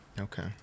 okay